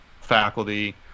faculty